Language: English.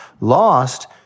lost